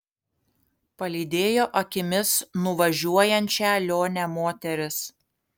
palydėjo akimis nuvažiuojančią lionę moteris